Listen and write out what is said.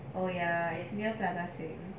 oh ya it's near plaza sing